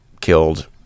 killed